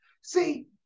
See